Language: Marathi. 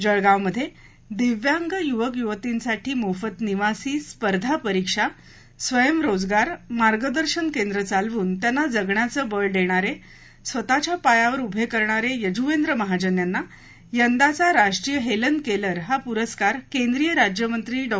जळगावमध्ये दिव्यांग युवक युवतींसाठी मोफत निवासी स्पर्धा परीक्षा स्वयंरोजगार मार्गदर्शन केंद्र चालवून त्यांना जगण्याचे बळ देणारे स्वतच्या पायावर उभे करणारे यजुवेंद्र महाजन यांना यंदाचा राष्ट्रीय हेलन केअर हा पुरस्कार केंद्रीय राज्यमंत्री डॉ